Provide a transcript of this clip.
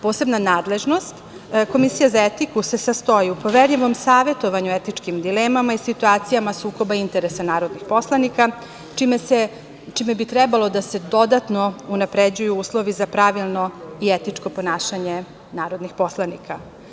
Posebna nadležnost komisije za etiku se sastoji u poverljivom savetovanju u etičkim dilemama i situacijama sukoba interesa narodnih poslanika, čime bi trebalo da se dodatno unapređuju uslovi za pravilno i etičko ponašanje narodnih poslanika.